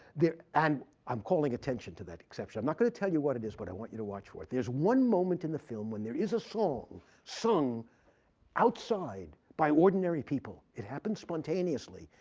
and i'm calling attention to that exception. i'm not going to tell you what it is, but i want you to watch for it. there's one moment in the film when there is a song sung outside by ordinary people. it happens spontaneously.